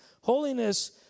holiness